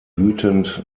wütend